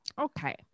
Okay